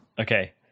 Okay